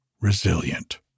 resilient